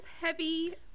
Heavy